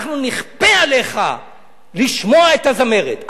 אנחנו נכפה עליך לשמוע את הזמרת,